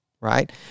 right